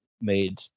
made